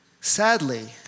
Sadly